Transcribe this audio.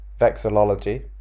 vexillology